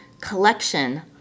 collection